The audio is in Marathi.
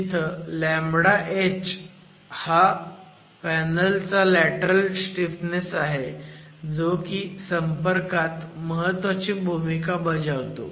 जिथं h हा पॅनल चा लॅटरल स्टीफनेस आहे जो की संपर्कात महत्वाची भूमिका बजावतो